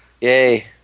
Yay